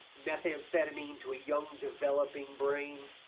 methamphetamine to a young developing brain,